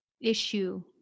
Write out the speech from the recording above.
issue